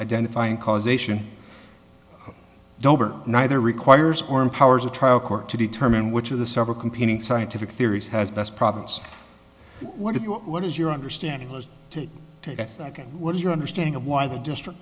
identifying causation dover neither requires or empowers the trial court to determine which of the several competing scientific theories has best products what do you what is your understanding as to that and what is your understanding of why the district